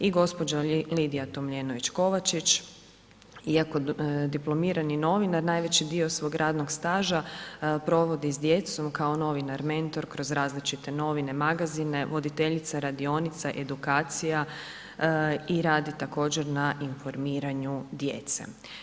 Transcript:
I gđa. Lidija Tomljenović Kovačić iako dipl. novinar, najveći dio svog radnog staža providi s djecom kao novinar-mentor kroz različite novine, magazine, voditeljica je radionica, edukacija i radi također na informiranju djece.